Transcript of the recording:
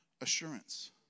assurance